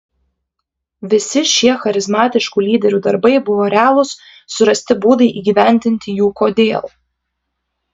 visi šie charizmatiškų lyderių darbai buvo realūs surasti būdai įgyvendinti jų kodėl